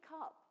up